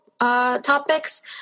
topics